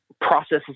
processes